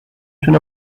تونه